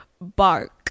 bark